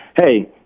Hey